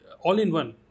all-in-one